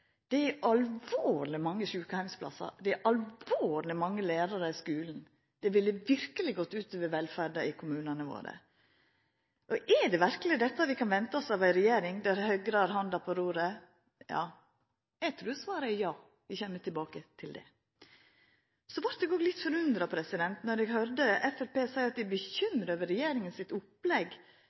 det er alvorleg mange sjukeheimsplassar og lærarar i skulen. Det ville verkeleg gått ut over velferda i kommunane våre. Er det verkeleg det vi kan forventa oss av ei regjering der Høgre har handa på roret? Eg trur svaret er ja, og eg kjem tilbake til det. Så vert eg òg litt forundra då eg høyrde Framstegspartiet seia at dei er bekymra over regjeringa sitt opplegg